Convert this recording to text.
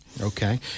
Okay